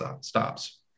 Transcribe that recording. stops